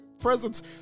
presents